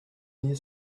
near